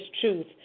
truth